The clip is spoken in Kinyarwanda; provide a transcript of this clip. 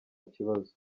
kibazo